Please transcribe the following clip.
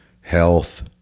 health